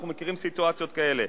אנחנו מכירים סיטואציות כאלה.